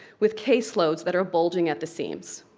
with case loads that are bulging at the seams.